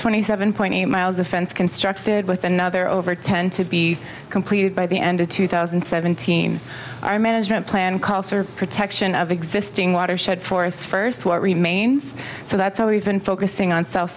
twenty seven point eight miles of fence constructed with another over ten to be completed by the end of two thousand and seventeen our management plan calls for protection of existing watershed for us first what remains so that's all we've been focusing on south